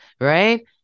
right